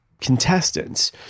contestants